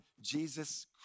Jesus